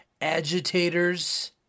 agitators